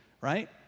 right